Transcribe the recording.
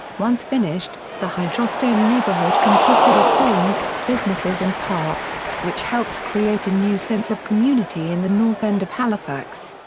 once finished, the hydrostone neighbourhood consisted of homes, businesses and parks, which helped create a new sense of community in the north end of halifax.